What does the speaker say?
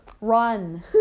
Run